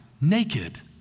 naked